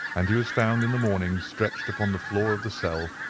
and he was found in the morning stretched upon the floor of the cell,